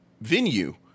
venue